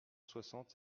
soixante